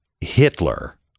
Hitler